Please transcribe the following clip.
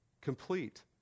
complete